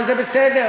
וזה בסדר,